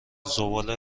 زباله